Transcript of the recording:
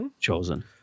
chosen